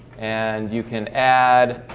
and you can add